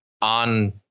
on